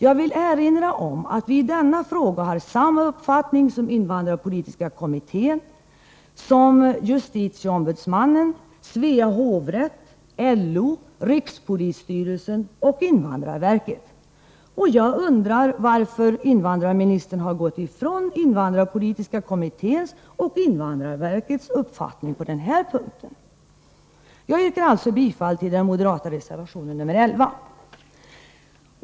Jag vill erinra om att vi i denna fråga har samma uppfattning som invandrarpolitiska kommittén, som justitieombudsmannen, Svea hovrätt, LO, rikspolisstyrelsen och invandrarverket. Jag undrar varför invandrarministern har gått ifrån invandrarpolitiska kommitténs och invandrarverkets uppfattning på den här punkten. Jag yrkar alltså bifall till den moderata reservationen nr 11.